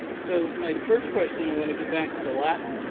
so my first question, i want to get back to the latin.